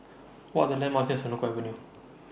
What Are The landmarks near Senoko Avenue